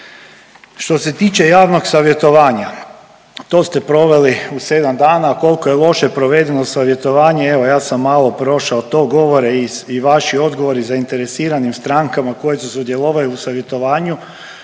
Što se tiče javnog savjetovanja, to ste proveli u 7 dana, koliko je loše provedeno savjetovanje, evo, ja sam malo prošao to, govore i vaši odgovori zainteresiranim strankama koje su sudjelovale u savjetovanju.